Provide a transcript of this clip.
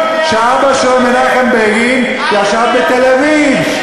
שאבא שלו מנחם בגין ישב בתל-אביב.